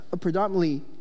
predominantly